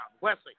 Wesley